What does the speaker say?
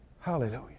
Hallelujah